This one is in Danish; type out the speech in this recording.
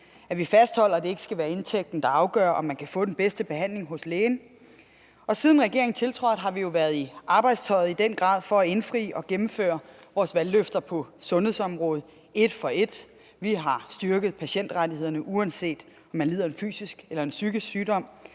at fastholde, at det ikke skal være indtægten, der afgør, om man kan få den bedste behandling hos lægen. Siden regeringen tiltrådte, har vi jo i den grad været i arbejdstøjet for at indfri og gennemføre vores valgløfter på sundhedsområdet et for et. Vi har styrket patientrettighederne, uanset om man lider af en fysisk eller psykisk sygdom;